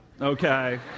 okay